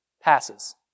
passes